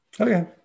Okay